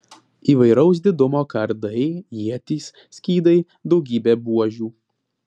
įvairaus didumo kardai ietys skydai daugybė buožių